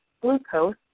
glucose